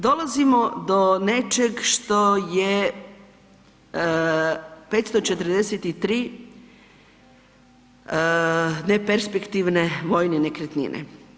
Dolazimo do nečeg što je 543 ne perspektivne vojne nekretnine.